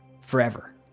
forever